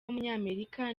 w’umunyamerika